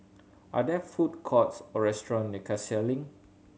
are there food courts or restaurants near Cassia Link